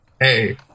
Hey